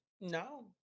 No